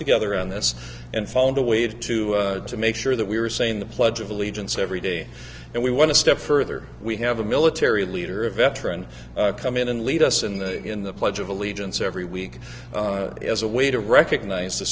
together on this and found a way to to make sure that we are saying the pledge of allegiance every day and we want to step further we have a military leader a veteran come in and lead us in the in the pledge of allegiance every week as a way to recognize the